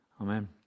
Amen